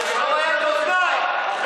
יש לך בעיות אוזניים.